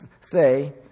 say